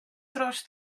dros